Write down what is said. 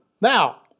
Now